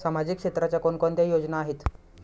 सामाजिक क्षेत्राच्या कोणकोणत्या योजना आहेत?